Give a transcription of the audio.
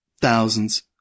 Thousands